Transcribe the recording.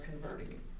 converting